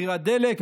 מחירי הדלק,